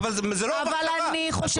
אבל אני חושבת אחרת.